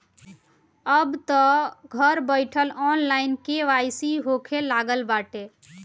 अबतअ घर बईठल ऑनलाइन के.वाई.सी होखे लागल बाटे